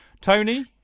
Tony